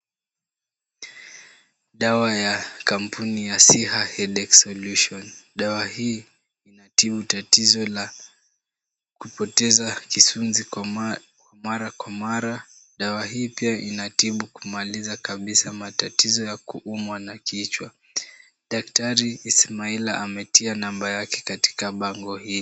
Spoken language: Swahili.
Dawa ya kampuni ya Siha Headache Solution. Dawa hii inatibu tatizo la kupoteza kisunzi mara kwa mara. Dawa hii pia inatibu kumaliza kabisa matatizo ya kuumwa na kichwa. Daktari Ismail ametia namba yake katika bango hili.